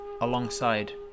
alongside